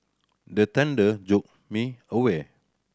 the thunder jolt me awake